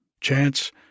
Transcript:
Chance